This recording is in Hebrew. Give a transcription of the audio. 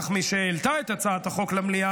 אך משהעלתה את הצעת החוק למליאה,